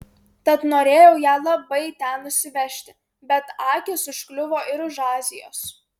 tad norėjau ją labai ten nusivežti bet akys užkliuvo ir už azijos